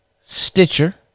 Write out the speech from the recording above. Stitcher